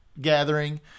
gathering